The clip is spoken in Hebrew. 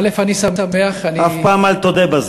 אף פעם אל תודה בזה.